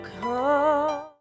come